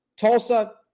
Tulsa